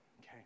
Okay